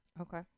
Okay